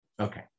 okay